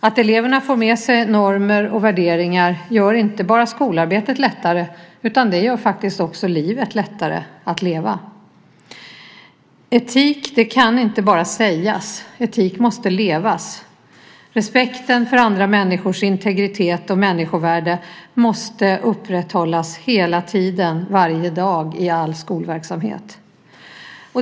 Att eleverna får med sig normer och värderingar gör inte bara skolarbetet lättare, utan det gör faktiskt också livet lättare att leva. Etik kan inte bara sägas, etik måste levas. Respekten för andra människors integritet och människovärde måste upprätthållas hela tiden, varje dag i all skolverksamhet.